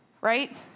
right